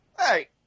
Hey